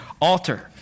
altar